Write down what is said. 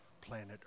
planet